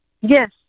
yes